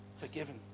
forgiven